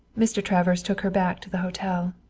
mr. travers took her back to the hotel.